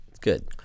Good